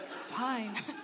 Fine